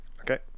Okay